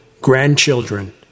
grandchildren